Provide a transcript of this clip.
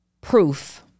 Proof